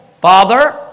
Father